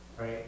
right